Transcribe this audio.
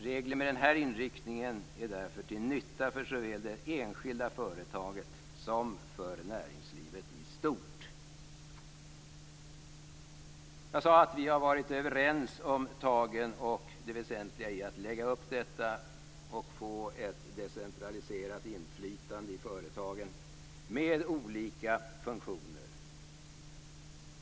Regler med denna inriktning är därför till nytta för såväl det enskilda företaget som för näringslivet i stort. Jag sade att vi har varit överens om tagen och om det väsentliga i att skapa ett decentraliserat inflytande i företagen med olika funktioner.